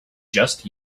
just